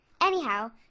Anyhow